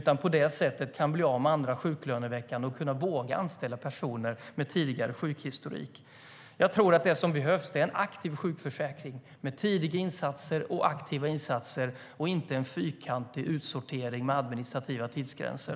Genom att bli av med andra sjuklöneveckan kan de våga anställa personer med tidigare sjukhistorik. Det som behövs är en aktiv sjukförsäkring med tidiga och aktiva insatser och inte en fyrkantig utsortering med administrativa tidsgränser.